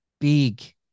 big